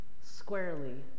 squarely